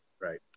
Right